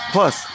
Plus